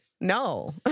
No